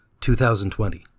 2020